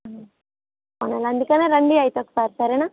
అలానే అందుకనే రండి అయితే ఒకసారి సరేనా